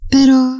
Pero